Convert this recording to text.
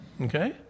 Okay